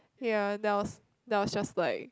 ya then I was then I was just like